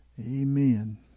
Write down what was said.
amen